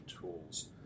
tools